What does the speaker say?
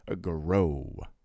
grow